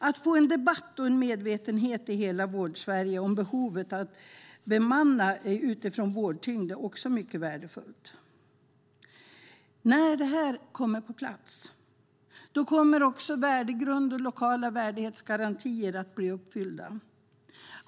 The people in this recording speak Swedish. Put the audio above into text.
Att få en debatt och en medvetenhet i hela Vårdsverige om behovet av att bemanna utifrån vårdtyngd är mycket värdefullt. När detta kommer på plats kommer också värdegrund och lokala värdighetsgarantier att bli uppfyllda.